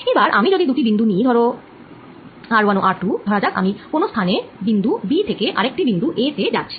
এবার আমি যদি দুটি বিন্দু নিই ধরো ও ধরা যাক আমরা কোন স্থানে বিন্দু b থেকে আরেকটি বিন্দু a তে যাচ্ছি